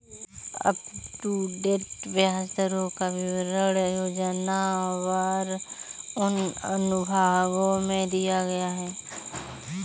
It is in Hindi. अपटूडेट ब्याज दरों का विवरण योजनावार उन अनुभागों में दिया गया है